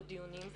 שקיימה דיונים.